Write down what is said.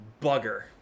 Bugger